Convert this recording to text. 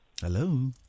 Hello